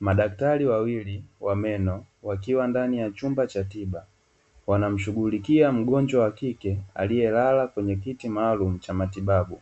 Madaktari wawili wa meno wakiwa ndani ya chumba wanamshughulikia mdada wakike aliyelala katika kiti cha matibabu,